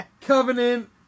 Covenant